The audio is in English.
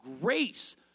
grace